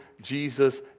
Jesus